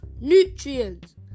nutrients